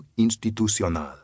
Institucional